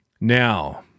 now